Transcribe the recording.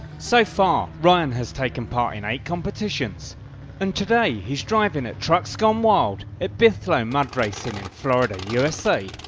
so far ryan has taken part in eight competitions and today he is driving at trucks gone wild at bithloan mud racing in florida, usa.